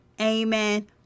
Amen